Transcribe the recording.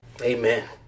Amen